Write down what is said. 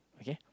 okay